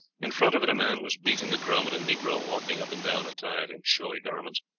in front of it a man was beating a drum, and a negro walking up and down attired in showy garments.